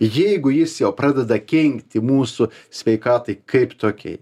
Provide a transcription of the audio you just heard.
jeigu jis jau pradeda kenkti mūsų sveikatai kaip tokiai